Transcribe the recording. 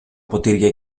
ποτήρια